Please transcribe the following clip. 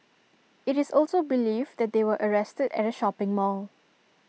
IT is also believed that they were arrested at A shopping mall